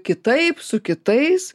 kitaip su kitais